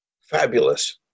fabulous